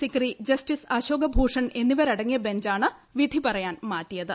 Sikri justice Ashok Bhushan എന്നിവരടങ്ങിയ ബഞ്ചാണ് വിധി പറയാൻ മാറ്റിയത്